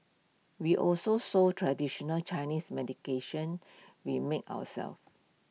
we also sold traditional Chinese we made ourselves